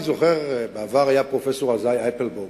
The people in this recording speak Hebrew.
אני זוכר, בעבר היה פרופסור עזאי אפלבאום.